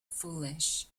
foolish